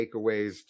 takeaways